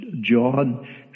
John